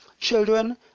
Children